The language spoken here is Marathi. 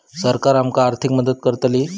सरकार आमका आर्थिक मदत करतली?